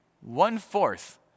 one-fourth